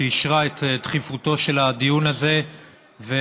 שאישרה את דחיפותו של הדיון הזה והבינה